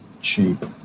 cheap